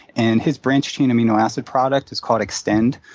and his branched-chain amino acid product is called xtend,